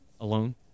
alone